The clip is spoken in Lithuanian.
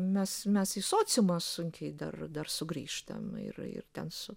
mes mes į sociumą sunkiai dar dar sugrįžtam ir ir ten su